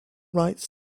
rights